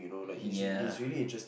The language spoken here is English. ya